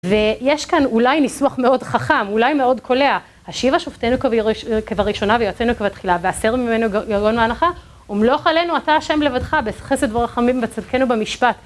ויש כאן אולי ניסוח מאוד חכם, אולי מאוד קולע...הָשִׁיבָה שׁוֹפְטֵינוּ כְּבָרִאשׁוֹנָה, וְיוֹעֲצֵינוּ כְּבַתְּחִלָּה, וְהָסֵר מִמֶּנּוּ יָגוֹן וַאֲנָחָה וּמְלוֹךְ עָלֵינוּ אַתָּה ה' לְבַדְּךָ בחסד ובְּרַחֲמִים, בְּצֶדֶק וּבְמִשְׁפָּט